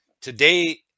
Today